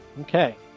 Okay